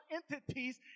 entities